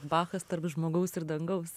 bachas tarp žmogaus ir dangaus